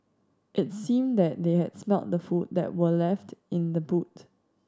it seemed that they had smelt the food that were left in the boot